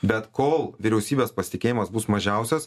bet kol vyriausybės pasitikėjimas bus mažiausias